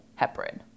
heparin